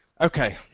ok